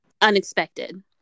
unexpected